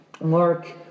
Mark